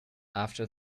after